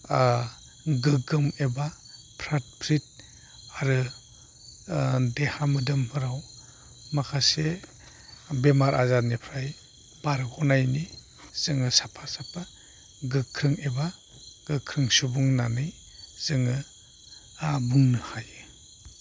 गोग्गोम एबा फ्राथ फ्रिथ आरो देहा मोदोमफोराव माखासे बेमार आजारनिफ्राय बारग'नायनि जोङो साफा साफा गोख्रों एबा गोख्रों सुबुं होननानै जोङो बुंनो हायो